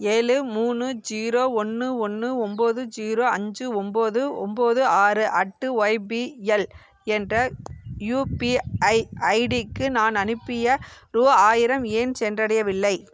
ஏழு மூணு ஜீரோ ஒன்று ஒன்று ஒம்பது ஜீரோ அஞ்சு ஒம்பது ஒம்பது ஆறு அட்டு ஒய்பிஎல் என்ற யுபிஐ ஐடிக்கு நான் அனுப்பிய ரூ ஆயிரம் ஏன் சென்றடையவில்லை